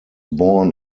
born